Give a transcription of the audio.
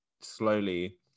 slowly